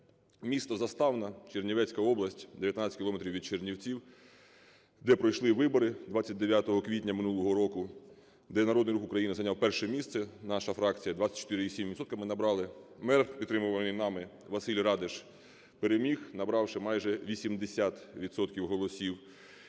місто Заставна, Чернівецька область, 19 кілометрів від Чернівців, де пройшли вибори 29 квітня минулого року, де Народний Рух України зайняв перше місце, наша фракція - 24,7 відсотка ми набрали. Мер, підтримуваний нами, Василь Радиш, переміг, набравши майже 80 відсотків